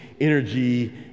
energy